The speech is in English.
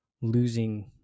losing